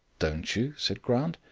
don't you? said grant.